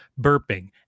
burping